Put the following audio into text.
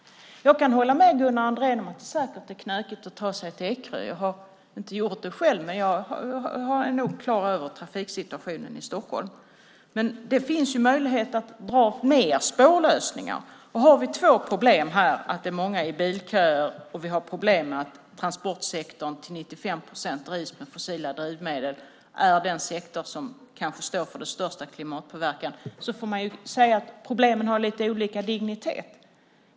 Jag kan hålla med Gunnar Andrén om att det säkert är knökigt att ta sig till Ekerö. Jag har inte gjort det själv, men jag är nog klar över trafiksituationen i Stockholm. Men det finns möjlighet att dra mer spår. Har vi två problem här, att det är många i bilköer och problem med att transporterna till 95 procent drivs med fossila drivmedel - det är den sektor som kanske står för den största klimatpåverkan - får man säga att problemen har lite olika dignitet.